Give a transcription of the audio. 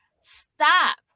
stop